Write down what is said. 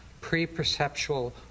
pre-perceptual